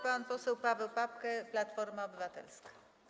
Pan poseł Paweł Papke, Platforma Obywatelska.